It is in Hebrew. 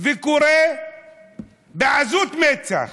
וקורא בעזות מצח